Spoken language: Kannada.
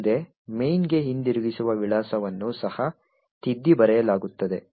ಮುಂದೆ main ಗೆ ಹಿಂದಿರುಗಿಸುವ ವಿಳಾಸವನ್ನು ಸಹ ತಿದ್ದಿ ಬರೆಯಲಾಗುತ್ತದೆ